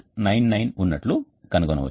99 ఉన్నట్లు కనుగొనవచ్చు